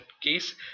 case